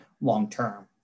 long-term